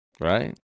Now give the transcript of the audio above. Right